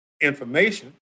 information